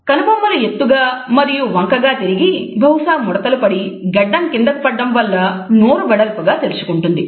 కనుబొమ్మలు ఎత్తుగా మరియు వంక గా తిరిగి బహుశా ముడతలు పడి గడ్డం కిందకు పడడం వల్ల నోరు వెడల్పుగా తెరుచుకుంటుంది